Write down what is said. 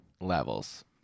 levels